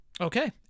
Okay